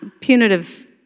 Punitive